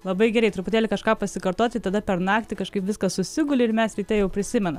labai gerai truputėlį kažką pasikartoti tada per naktį kažkaip viskas susiguli ir mes ryte jau prisimenam